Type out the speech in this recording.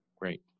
Great